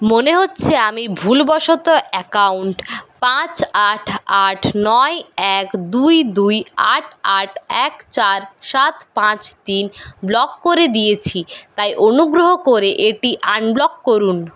মনে হচ্ছে আমি ভুলবশত অ্যাকাউন্ট পাঁচ আট আট নয় এক দুই দুই আট আট এক চার সাত পাঁচ তিন ব্লক করে দিয়েছি তাই অনুগ্রহ করে এটি আনব্লক করুন